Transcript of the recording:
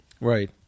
Right